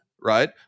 right